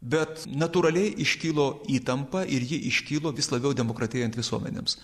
bet natūraliai iškilo įtampa ir ji iškilo vis labiau demokratėjant visuomenėms